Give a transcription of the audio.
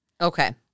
Okay